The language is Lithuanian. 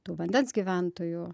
tų vandens gyventojų